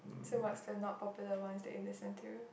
so what's the not popular ones that you listen to